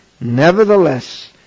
nevertheless